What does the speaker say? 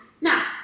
Now